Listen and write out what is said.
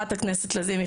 חברת הכנסת לזימי,